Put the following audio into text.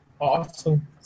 Awesome